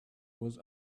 was